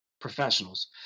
professionals